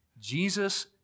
Jesus